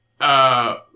uh-